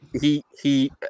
he—he